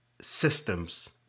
systems